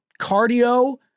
cardio